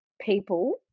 people